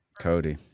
Cody